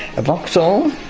a vauxhall,